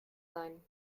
sein